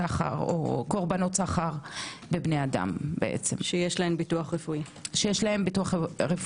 לקורבנות סחר בבני אדם שיש להם ביטוח בריאות רפואי.